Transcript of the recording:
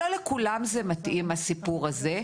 לא לכולם זה מתאים הסיפור הזה,